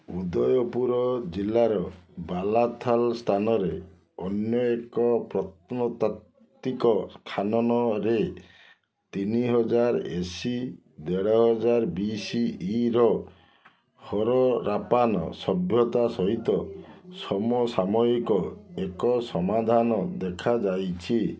ଉଦୟପୁର ଜିଲ୍ଲାର ବାଲାଥାଲ୍ ସ୍ଥାନରେ ଅନ୍ୟ ଏକ ପ୍ରତ୍ନତାତ୍ତ୍ୱିକ ଖାନନ୍ରେ ତିନି ହଜାର ଏ ସି ଦେଢ଼ ହଜାର ବିସିଇର ହରପ୍ପାନ୍ ସଭ୍ୟତା ସହିତ ସମସାମୟିକ ଏକ ସମାଧାନ ଦେଖାଯାଇଛି